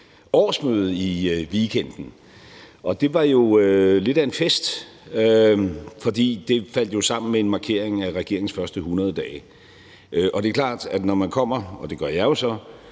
årsmøde i weekenden, og det var lidt af en fest, for det faldt jo sammen med en markering af regeringens første 100 dage. Det er klart, at når man kommer – og det gør jeg jo så